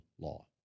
law